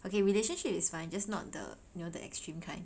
okay relationship is fine just not the you know the extreme kind